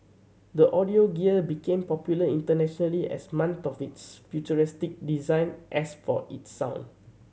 the audio gear became popular internationally as much for its futuristic design as for its sound